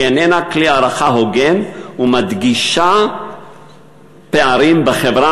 היא איננה כלי הערכה הוגן ומדגישה פערים בחברה,